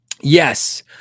yes